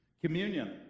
communion